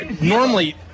normally